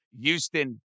Houston